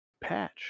Patch